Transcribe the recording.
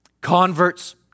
Converts